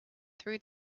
through